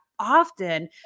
often